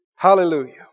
Hallelujah